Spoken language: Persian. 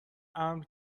امر